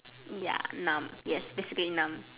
ya numb yes basically numb